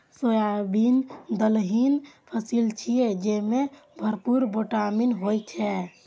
soybean दलहनी फसिल छियै, जेमे भरपूर प्रोटीन होइ छै